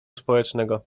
społecznego